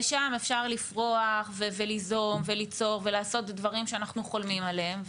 ושם אפשר לפרוח וליזום וליצור ולעשות דברים שאנחנו חולמים עליהם,